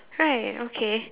right okay